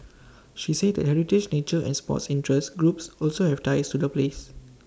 she said that heritage nature and sports interest groups also have ties to the place